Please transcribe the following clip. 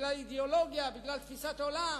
בגלל אידיאולוגיה ובגלל תפיסת עולם,